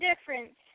difference